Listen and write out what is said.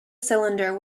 cylinder